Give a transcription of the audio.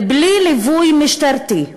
בלי ליווי משטרתי.